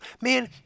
man –